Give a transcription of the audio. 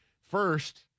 first